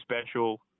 special